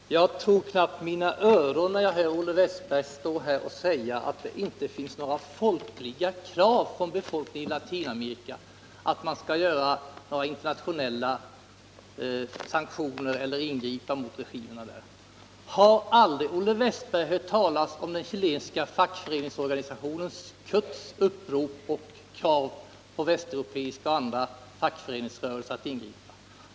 Herr talman! Jag tror knappt mina öron när jag hör Olle Wästberg i Stockholm stå här och säga att det inte finns några folkliga krav från befolkningen i Latinamerika att man skall genomföra sanktioner eller ingripa mot regimerna där. Har aldrig Olle Wästberg hört talas om den chilenska fackföreningsorganisationen CUT:s upprop och krav på västeuropeiska och andra fackföreningsrörelser att ingripa?